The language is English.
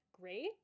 great